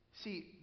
See